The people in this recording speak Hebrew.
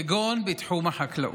כגון בתחום החקלאות.